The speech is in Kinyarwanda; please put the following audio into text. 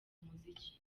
umuziki